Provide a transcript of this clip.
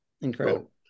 Incredible